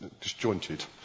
disjointed